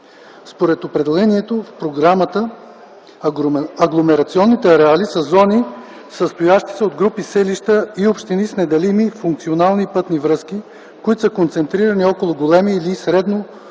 Според определението в програмата агломерационните ареали са зони, състоящи се от групи селища и общини с неделими функционални пътни връзки, които са концентрирани около големи или средно големи